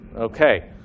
Okay